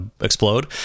explode